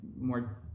more